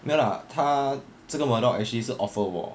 没有 lah 他这个 murdoch actually 是 offer 我